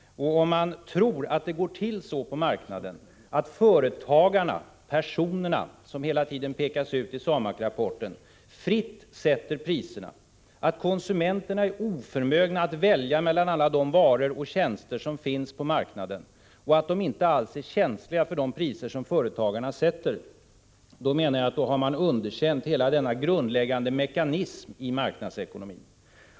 1985/86:62 går till så på marknaden att företagarna, de personer som ideligen pekas uti 21 januari 1986 SAMAK-rapporten, fritt sätter priserna, att konsumenterna är oförmögna att välja mellan alla de varor och tjänster som finns på marknaden och att de inte alls är känsliga för de priser som företagarna sätter, då menar jag att man har underkänt hela denna grundläggande mekanism i marknadsekonomin.